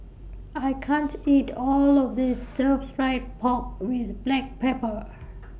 I can't eat All of This Stir Fry Pork with Black Pepper